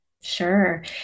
Sure